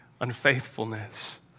unfaithfulness